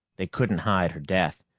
they couldn't hide her death,